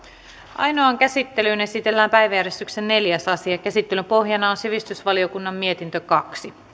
ainoaan käsittelyyn esitellään päiväjärjestyksen neljäs asia käsittelyn pohjana on sivistysvaliokunnan mietintö kaksi